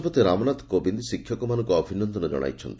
ରାଷ୍ଟ୍ରପତି ରାମନାଥ କୋବିନ୍ଦ ଶିକ୍ଷକମାନଙ୍କୁ ଅଭିନନ୍ଦନ ଜଣାଇଛନ୍ତି